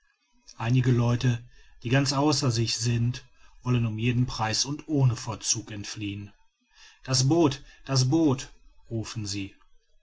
einige leute die ganz außer sich sind wollen um jeden preis und ohne verzug entfliehen das boot das boot rufen sie